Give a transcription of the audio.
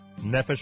Nefesh